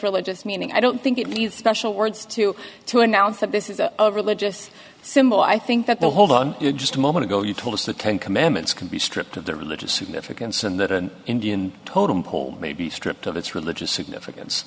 religious meaning i don't think it leaves special words to to announce that this is a religious symbol i think that the hold on just a moment ago you told us the ten commandments can be stripped of their religious significance and that an indian totem pole may be stripped of its religious significance